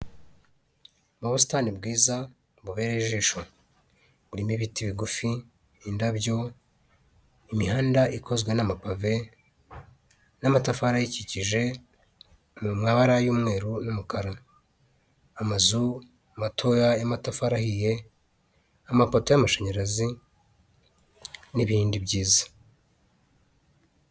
Ubusitani bwiza bubereye ijisho, burimo ibiti bigufi, indabyo, imihanda ikozwe n'amapave n'amatafari ayikikije, mu mabara y'umweru n'umukara, amazu matoya y'amatafari ahiye, amapoto y'amashanyarazi n'ibindi byiza.